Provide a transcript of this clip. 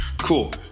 Cool